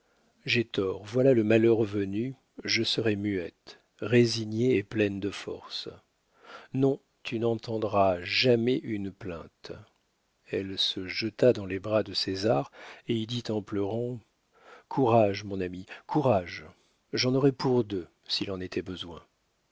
j'ai tort voilà le malheur venu je serai muette résignée et pleine de force non tu n'entendras jamais une plainte elle se jeta dans les bras de césar et y dit en pleurant courage mon ami courage j'en aurais pour deux s'il en était besoin